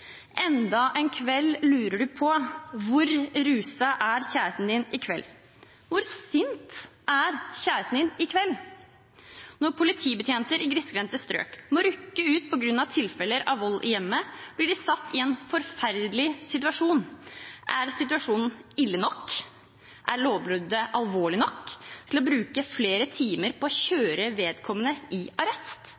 Enda en kveld lurer du på: Hvor ruset er kjæresten min i kveld? Hvor sint er kjæresten min i kveld? Når politibetjenter i grisgrendte strøk må rykke ut på grunn av tilfeller av vold i hjemmet, blir de satt i en forferdelig situasjon: Er situasjonen ille nok, er lovbruddet alvorlig nok til å bruke flere timer på å